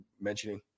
mentioning